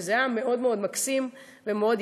וזה היה מאוד מקסים ויפה.